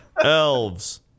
Elves